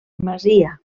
masia